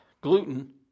Gluten